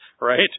right